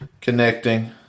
Connecting